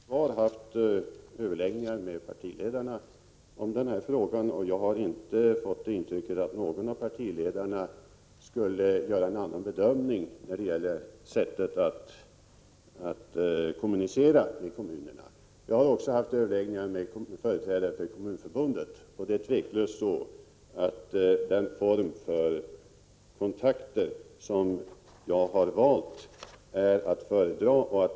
Herr talman! Jag har, som jag sade i svaret, haft överläggningar med partiledarna om denna fråga, och jag har inte fått det intrycket att någon av dem skulle göra en annan bedömning när det gäller sättet att kommunicera med kommunerna. Jag har också haft överläggningar med företrädare för Kommunförbundet. Det är tveklöst så, att den form för kontakter som jag har valt är att föredra.